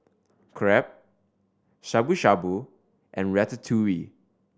Crepe Shabu Shabu and Ratatouille